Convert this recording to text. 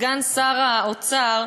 סגן שר האוצר,